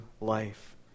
life